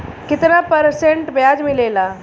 कितना परसेंट ब्याज मिलेला?